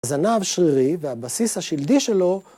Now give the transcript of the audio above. הזנב שרירי והבסיס השלדי שלו